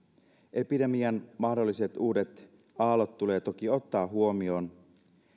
epidemian mahdolliset uudet aallot tulee toki ottaa huomioon